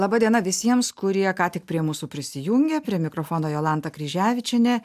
laba diena visiems kurie ką tik prie mūsų prisijungė prie mikrofono jolanta kryževičienė